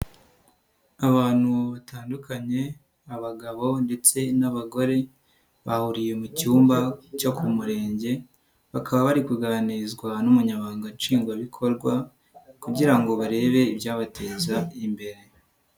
Abantu batandukanye, abagabo ndetse n'abagore bahuriye mu cyumba cyo ku murenge bakaba bari kuganirizwa n'umunyamabanga nshingwabikorwa kugira ngo barebe ibyabateza imbere.